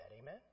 Amen